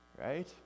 right